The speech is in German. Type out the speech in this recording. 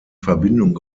verbindung